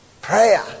Prayer